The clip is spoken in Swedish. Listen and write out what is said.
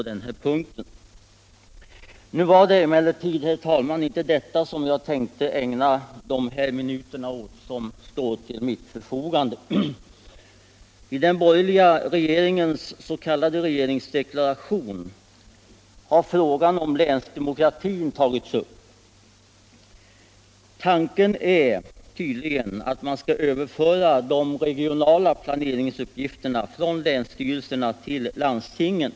Det var emellertid, herr talman, inte detta som jag tänkte ägna de minuter som står till mitt förfogande. I den borgerliga s.k. regeringsdeklarationen har frågan om länsdemokratin tagits upp. Tanken är tydligen att man skall överföra de regionala planeringsuppgifterna från länsstyrelserna till landstingen.